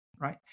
right